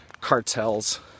cartels